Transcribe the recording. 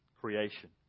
creation